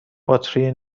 باتری